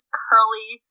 curly